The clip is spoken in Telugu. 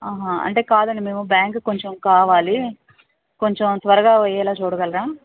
అంటే కాదండి మేము బ్యాంకుకి కొంచెం కావాలి కొంచెం త్వరగా అయ్యేలా చూడగలరా